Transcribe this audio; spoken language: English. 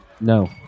No